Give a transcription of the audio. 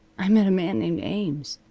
i met a man named ames.